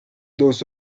dos